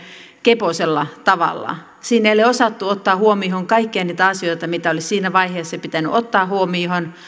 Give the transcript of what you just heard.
keposella tavalla siinä ei ole osattu ottaa huomioon kaikkia niitä asioita mitä olisi siinä vaiheessa pitänyt ottaa huomioon